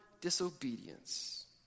disobedience